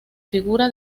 figura